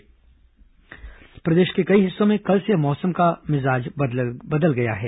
मौसम प्रदेश के कई हिस्सों में कल से मौसम का मिजाज बदल गया है